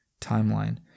timeline